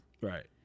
Right